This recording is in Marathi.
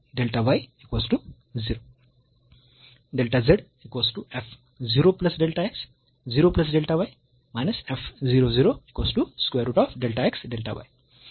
तर तेथून ही डेल्टा x स्क्वेअर टर्म निघून जाईल म्हणून आपल्याकडे 1 ओव्हर स्क्वेअर रूट 2 असेल